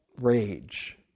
rage